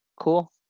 Cool